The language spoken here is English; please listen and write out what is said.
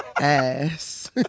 Ass